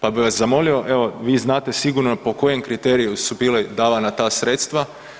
Pa bi vas zamolio vi znate sigurno po kojem kriteriju su bila davana ta sredstva.